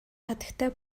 хатагтай